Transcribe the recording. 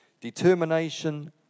determination